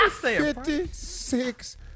Fifty-six